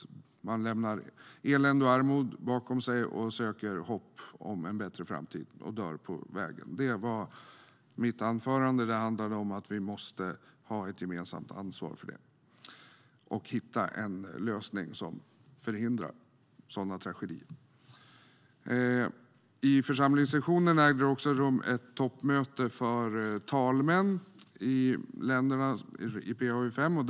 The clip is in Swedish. De lämnar elände och armod bakom sig och söker hopp om en bättre framtid, och de dör på vägen. Mitt anförande handlade om att vi måste ta ett gemensamt ansvar för det och hitta en lösning för att förhindra sådana tragedier. I församlingssessionen ägde också ett toppmöte för talmän i länderna i PA-UfM rum.